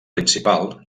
principal